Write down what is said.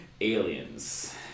Aliens